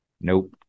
Nope